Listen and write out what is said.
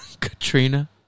Katrina